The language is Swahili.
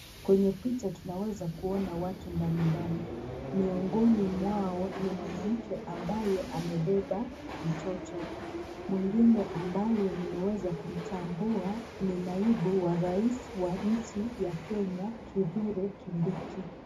Kwenye picha tunaweza kuona watu mbalimbali, miongoni mwao ni mwanamke ambaye amebeba mtoto, mwingine ambaye nimeweza kumtambua ni naibu wa rais wa nchi ya Kenya Kithure Kindiki.